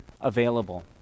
available